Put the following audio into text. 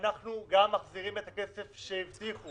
אנחנו גם מחזירים את הכסף שהבטיחו